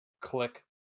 click